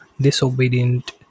disobedient